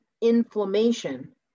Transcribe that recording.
inflammation